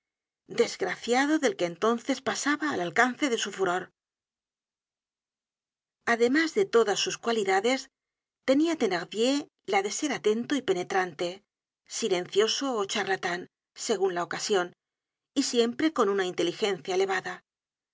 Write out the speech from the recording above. desgraciado del que entonces pasaba al alcance de su furor content from google book search generated at además de todas sus cualidades tenia thenardier la de ser atento y penetrante silencioso ó charlatan segun la ocasion y siempre con una inteligencia elevada